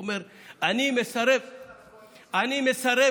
אומר: אני מסרב להתרגש,